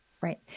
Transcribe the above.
Right